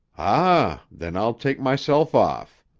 ah! then i'll take myself off.